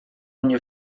mnie